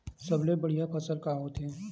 सबले बढ़िया फसल का होथे?